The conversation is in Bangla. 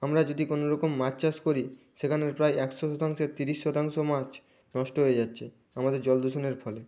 আমরা যদি কোনো রকম মাছ চাষ করি সেখানের প্রায় একশো শতাংশের তিরিশ শতাংশ মাছ নষ্ট হয়ে যাচ্ছে আমাদের জল দূষণের ফলে